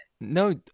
No